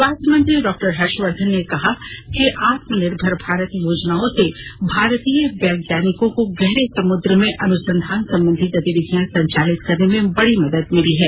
स्वास्थ्य मंत्री डॉक्टर हर्षवर्धन ने कहा कि आत्मनिर्भर भारत योजनाओं से भारतीय वैज्ञानिकों को गहरे समुद्र में अनुसंधान संबंधी गतिविधियां संचालित करने में बड़ी मदद मिली है